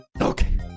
Okay